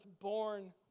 born